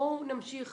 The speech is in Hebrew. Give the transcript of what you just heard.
בואו נמשיך